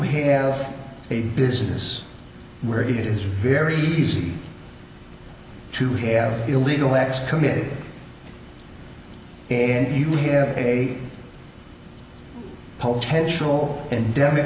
have a business where it is very easy to have illegal acts committed and you have a potential end